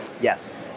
Yes